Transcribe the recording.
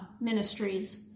ministries